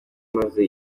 maze